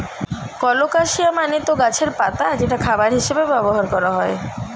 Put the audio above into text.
colocasia মানে তো গাছের পাতা যেটা খাবার হিসেবে ব্যবহার করা হয়